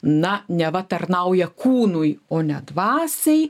na neva tarnauja kūnui o ne dvasiai